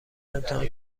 امتحان